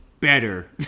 better